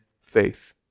faith